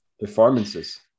performances